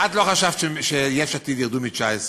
את לא חשבת שיש עתיד ירדו מ-19 ל-11.